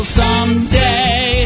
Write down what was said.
someday